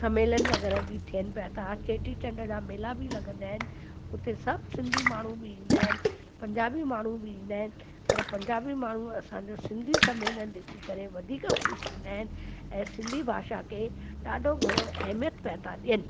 सम्मेलन वग़ैरह बि थियनि पिया था चेटीचंड जा मेला बि लॻंदा आहिनि हुते सभु सिंधी माण्हू बि ईंदा आहिनि पंजाबी माण्हू बि ईंदा आहिनि पर पंजाबी माण्हू असांजो सिंधी सम्मेलन ॾिसी करे वधीक ख़ुशि थींदा आहिनि ऐं सिंधी भाषा खे ॾाढो घणो अहमियत पिया था ॾियनि